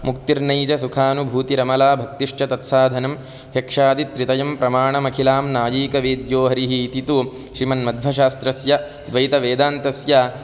मुक्तिर्नैजसुखानुभूतिरमला भक्तिश्च तत् साधनं ह्यक्षादि त्रितयं प्रमाणमखिलाम्नायैकवेद्यो हरिः इति तु श्रीमान् मध्वशास्त्रस्य द्वैतवेदान्तस्य